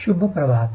शुभ प्रभात